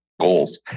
goals